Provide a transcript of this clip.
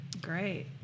Great